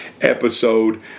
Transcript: episode